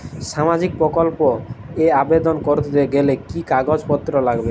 সামাজিক প্রকল্প এ আবেদন করতে গেলে কি কাগজ পত্র লাগবে?